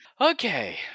Okay